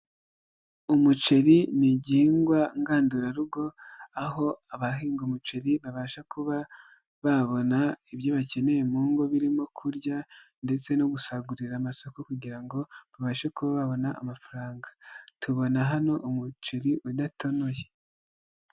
Umuceri ni igihigwa ngandurarugo, aho abahinga umuceri babasha kuba babona ibyo bakeneye mu ngo birimo kurya ndetse no gusagurira amasoko kugira ngo babashe kuba babona amafaranga, tubona hano umuceri udatonoye.